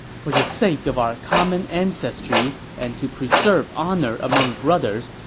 for the sake of our common ancestry and to preserve honor among brothers,